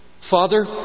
Father